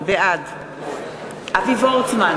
בעד אבי וורצמן,